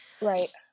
Right